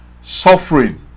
suffering